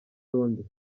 londres